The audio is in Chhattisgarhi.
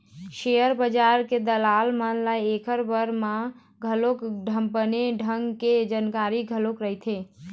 सेयर बजार के दलाल मन ल ऐखर बारे म बरोबर बने ढंग के जानकारी घलोक रहिथे